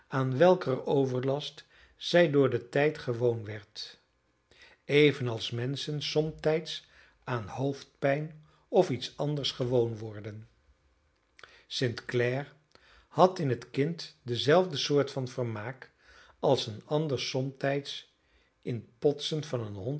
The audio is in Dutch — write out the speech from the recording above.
aan welker overlast zij door den tijd gewoon werd evenals menschen somtijds aan hoofdpijn of iets anders gewoon worden st clare had in het kind dezelfde soort van vermaak als een ander somtijds in potsen van een hond